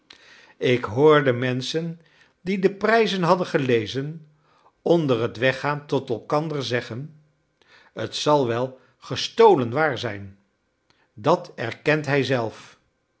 ik hoorde menschen die de prijzen hadden gelezen onder het weggaan tot elkander zeggen t zal wel gestolen waar zijn dat erkent hij zelf